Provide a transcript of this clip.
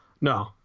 No